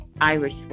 Irish